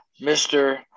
Mr